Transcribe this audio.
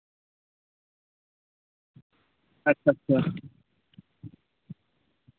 ᱟᱪᱪᱷᱟ ᱟᱪᱪᱷᱟ